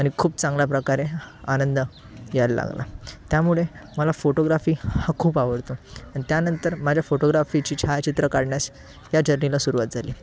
आणि खूप चांगल्या प्रकारे आनंद यायला लागला त्यामुळे मला फोटोग्राफी हा खूप आवडतो आणि त्यानंतर माझ्या फोटोग्राफीची छायाचित्रं काढण्यास या जर्नीला सुरुवात झाली